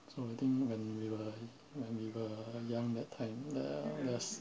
so I think when we were when we were young that time there're there's